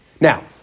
Now